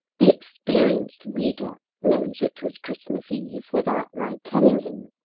the experienced reader knows it was christmas eve, without my telling him.